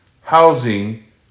housing